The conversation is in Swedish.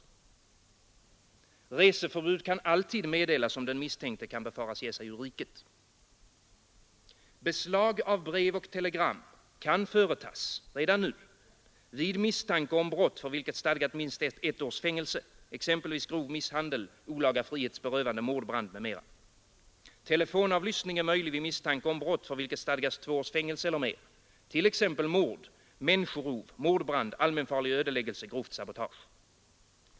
Reseförbud kan alltid meddelas om den misstänkte kan befaras ge sig ur riket. Beslag av brev och telegram kan företas redan nu vid misstanke om brott för vilket stadgas minst ett års fängelse, exempelvis grov misshandel, olaga frihetsberövande, mordbrand. Telefonavlyssning är möjlig vid misstanke om brott för vilket stadgas två års fängelse eller mer, t.ex. mord, människorov, mordbrand, allmänfarlig ödeläggelse och grovt sabotage.